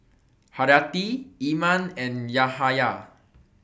Haryati Iman and Yahaya